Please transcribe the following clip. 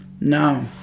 No